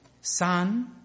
Sun